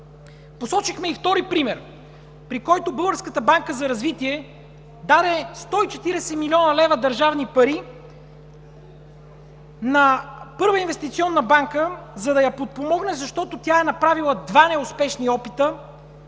Посочихме и втори пример, при който Българската банка за развитие даде 140 млн. лв. държавни пари на Първа инвестиционна банка, за да я подпомогне, защото тя е направила два неуспешни опита